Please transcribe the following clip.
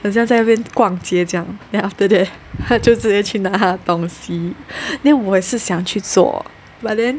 好像在那边逛街这样 then after that 她就去拿她的东西 then 我也是想去做 but then